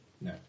No